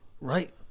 right